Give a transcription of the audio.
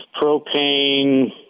propane